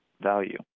value